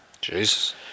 Jesus